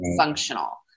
functional